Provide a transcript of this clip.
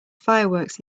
fireworks